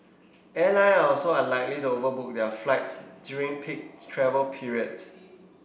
airline are also unlikely to overbook their flights during peak travel periods